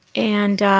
and